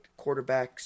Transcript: quarterbacks